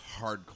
hardcore